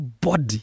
body